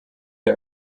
der